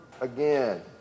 again